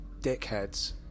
dickheads